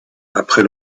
après